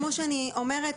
כמו שאני אומרת,